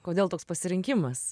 kodėl toks pasirinkimas